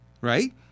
right